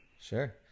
Sure